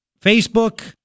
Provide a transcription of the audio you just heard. Facebook